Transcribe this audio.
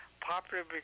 popular